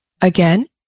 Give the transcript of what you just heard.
Again